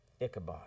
Ichabod